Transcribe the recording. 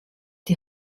die